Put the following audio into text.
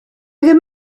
ddim